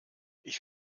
ich